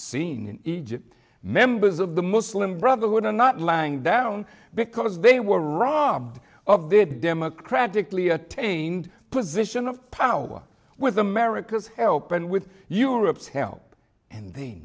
scene in egypt members of the muslim brotherhood are not lying down because they were wrong of their democratically attained position of power with america's help and with europe's help and they